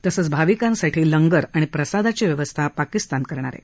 तसंच भाविकांसाठी लंगर आणि प्रसादाची व्यवस्था पाकिस्तान करणार आहे